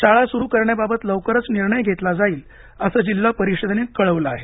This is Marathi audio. शाळा सुरू करण्याबाबत लवकरच निर्णय घेतला जाईल असं जिल्हा परिषदेनं कळविले आहे